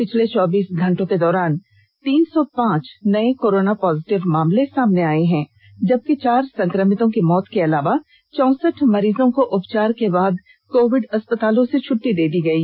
पिछले चौबीस घंटे के दौरान तीन सौ पांच नए कोरोना पॉजिटिव मामले सामने आए हैं जबकि चार संक्रमितों की मौत को अलावा चौसठ मरीजों को उपचार के बाद कोविड अस्पतालों से छट्टी दे दी गई